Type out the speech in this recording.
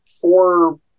four